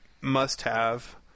must-have